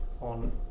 on